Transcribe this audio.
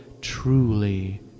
truly